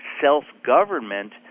self-government